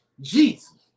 Jesus